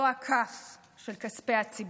זו הכ"ף של כספי הציבור.